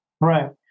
Right